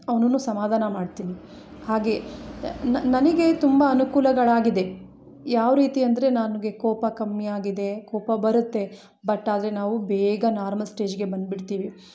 ಅವನನ್ನು ಸಮಾಧಾನ ಮಾಡ್ತೀನಿ ಹಾಗೆ ನನಗೆ ತುಂಬ ಅನುಕೂಲಗಳಾಗಿದೆ ಯಾವ ರೀತಿ ಅಂದರೆ ನನಗೆ ಕೋಪ ಕಮ್ಮಿಯಾಗಿದೆ ಕೋಪ ಬರುತ್ತೆ ಬಟ್ ಆದರೆ ನಾವು ಬೇಗ ನಾರ್ಮಲ್ ಸ್ಟೇಜ್ಗೆ ಬಂದುಬಿಡ್ತೀವಿ